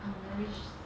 I'm very s~